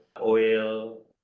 oil